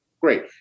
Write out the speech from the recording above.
Great